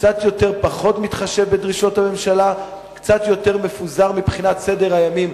קצת פחות מתחשב בדרישות הממשלה וקצת יותר מפוזר מבחינת סדר הימים,